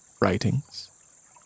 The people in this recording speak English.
Writings